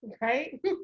right